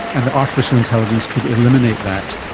and the artificial intelligence could eliminate that.